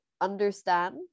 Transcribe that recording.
understand